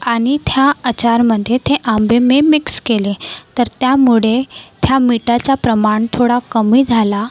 आणि त्या आचारमध्ये ते आंबे मी मिक्स केले तर त्यामुळे त्या मिठाच्या प्रमाण थोडा कमी झाला